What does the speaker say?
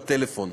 בטלפון.